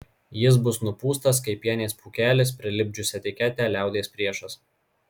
jis bus nupūstas kaip pienės pūkelis prilipdžius etiketę liaudies priešas